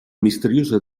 misteriosa